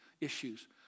issues